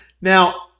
Now